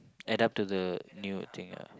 add up to the new thing ah